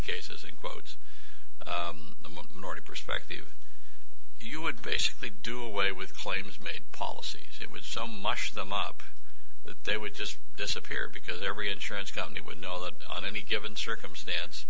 cases in quotes the perspective you would basically do away with claims made policies it was so mush them up that they would just disappear because every insurance company would know that on any given circumstance